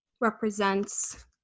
represents